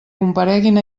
compareguin